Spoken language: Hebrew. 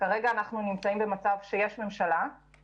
כרגע אנחנו נמצאים במצב שיש ממשלה,